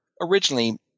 originally